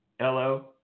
hello